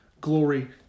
Glory